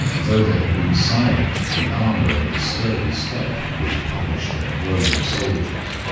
though they had been silent, the armor and the sturdy step would have published them roman soldiers.